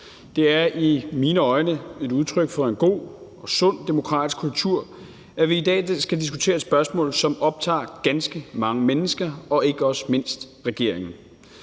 Det er i mine øjne et udtryk for en god og sund demokratisk kultur, at vi i dag skal diskutere et spørgsmål, som optager ganske mange mennesker og ikke mindst også regeringen.